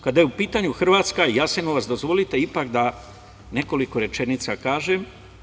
Kada je u pitanju Hrvatska i Jasenovac, dozvolite ipak da nekoliko rečenica kažem.